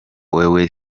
wewe